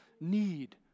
need